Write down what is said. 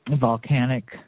volcanic